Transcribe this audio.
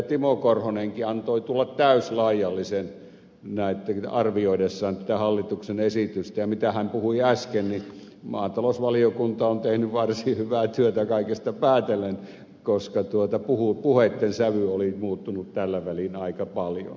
timo korhonenkin antoi tulla täyslaidallisen arvioidessaan tätä hallituksen esitystä ja mitä hän puhui äsken niin maatalousvaliokunta on tehnyt varsin hyvää työtä kaikesta päätellen koska puheitten sävy oli muuttunut tällä välin aika paljon